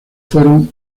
fueron